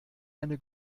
eine